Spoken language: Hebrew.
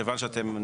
כיוון שאתם,